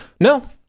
No